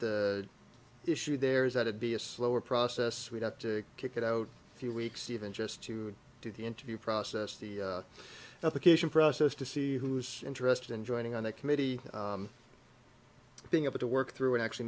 the issue there is that it be a slower process we'd have to kick it out a few weeks even just to do the interview process the application process to see who's interested in joining on the committee being able to work through it actually